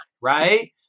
Right